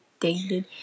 dated